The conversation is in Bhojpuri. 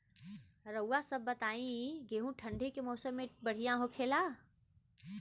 रउआ सभ बताई गेहूँ ठंडी के मौसम में बढ़ियां होखेला?